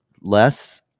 less